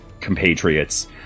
compatriots